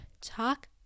Talk